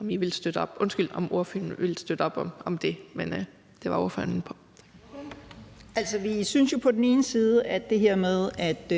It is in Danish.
vi synes jo på den ene side det her med, at